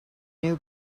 new